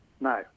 No